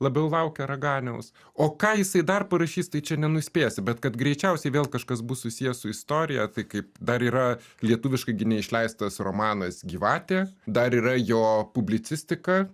labiau laukia raganiaus o ką jisai dar parašys tai čia nenuspėsi bet kad greičiausiai vėl kažkas bus susiję su istorija tai kaip dar yra lietuviškai gi ne išleistas romanas gyvatė dar yra jo publicistika